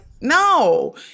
No